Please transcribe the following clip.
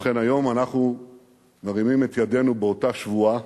ובכן, היום אנחנו מרימים את ידינו באותה שבועה,